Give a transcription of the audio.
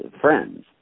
friends